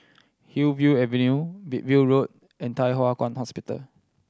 Hillview Avenue Wilby Road and Thye Hua Kwan Hospital